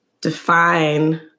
define